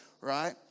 right